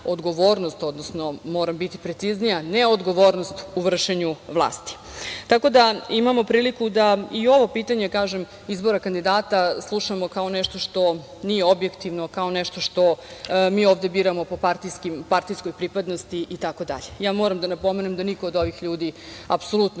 odnosno moram biti preciznija - ne odgovornost u vršenju vlasti. Tako da, imamo priliku da i ovo pitanje, kažem, izbora kandidata slušamo kao nešto što nije objektivno, kao nešto što mi ovde biramo po partijskoj pripadnosti itd. Ja moram da napomenem da niko od ovih ljudi apsolutno